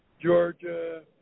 Georgia